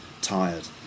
tired